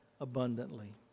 abundantly